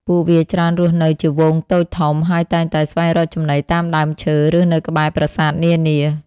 ពួកវាច្រើនរស់នៅជាហ្វូងតូចធំ ហើយតែងតែស្វែងរកចំណីតាមដើមឈើ ឬនៅក្បែរប្រាសាទនានា។